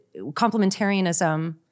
complementarianism